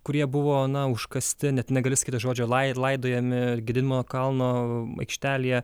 kurie buvo na užkasti net negali sakyt to žodžio lai laidojami gedimino kalno aikštelėje